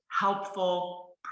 helpful